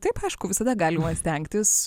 taip aišku visada galima stengtis